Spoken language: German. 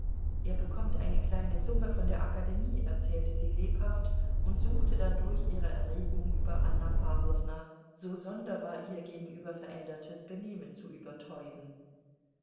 er bekommt eine kleine summe von der akademie erzählte sie lebhaft und suchte dadurch ihre erregung über anna pawlownas so sonderbar ihr gegenüber verändertes benehmen zu übertäuben